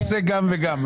נעשה גם וגם.